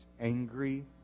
angry